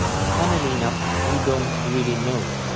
funnily enough, we don't really know.